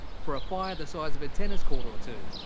for a fire the size of a tennis court or two.